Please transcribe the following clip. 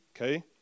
okay